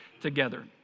together